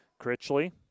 Critchley